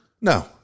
No